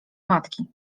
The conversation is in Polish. matki